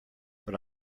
but